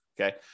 Okay